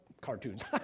cartoons